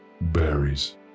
berries